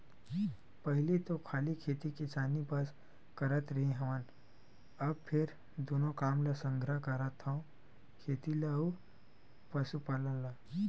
पहिली तो खाली खेती किसानी बस करत रेहे हँव, अब फेर दूनो काम ल संघरा करथव खेती ल अउ पसुपालन ल